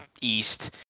East